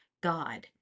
God